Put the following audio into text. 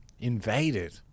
Invaded